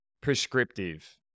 prescriptive